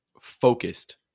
focused